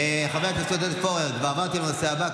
חבר הכנסת עודד פורר, כבר עברתי לנושא הבא.